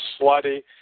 slutty